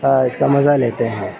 اس کا مزہ لیتے ہیں